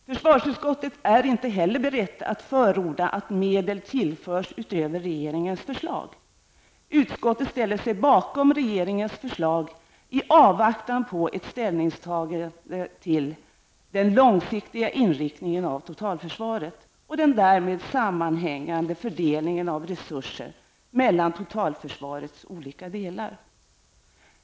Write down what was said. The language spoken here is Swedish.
Försvarsutskottet är inte heller berett att förorda att medel tillförs utöver regeringens förslag. Utskottet ställer sig bakom regeringens förslag i avvaktan på ett ställningstagande till den långsiktiga inriktningen av totalförsvaret och den därmed sammanhängande fördelningen av resurser mellan totalförsvarets olika delar.